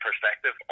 perspective